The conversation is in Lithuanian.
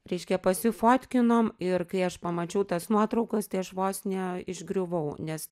reiškia pasifotkinom ir kai aš pamačiau tas nuotraukas tai aš vos neišgriuvau nes